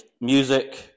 music